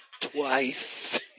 twice